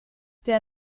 der